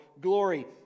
glory